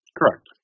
Correct